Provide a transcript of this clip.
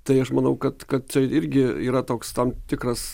tai aš manau kad kad čia irgi yra toks tikras